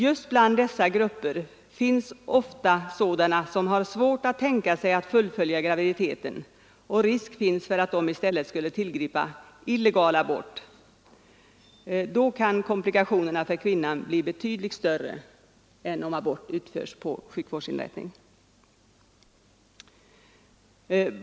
Just bland dessa grupper finns ofta sådana som har svårt att tänka sig att fullfölja graviditeten och risk finns för att de i stället skulle tillgripa illegal abort. Då kan komplikationerna för kvinnan bli betydligt större än om abort utförs på sjukvårdsinrättning.